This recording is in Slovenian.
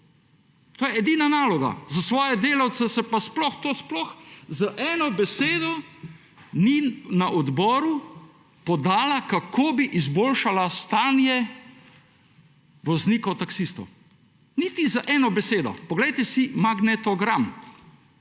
To je edina naloga, za svoje delavce se pa sploh to z eno besedo ni na odboru podala, kako bi izboljšala stanje voznikov taksistov. Niti z eno besedo, poglejte si magnetogram,